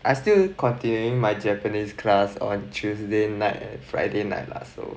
I still continuing my japanese class on tuesday night friday night lah so